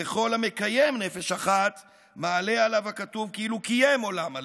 וכל המקיים נפש אחת מעלה עליו הכתוב כאילו קיים עולם מלא.